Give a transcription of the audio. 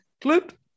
Clip